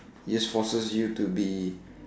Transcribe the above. it forces you to be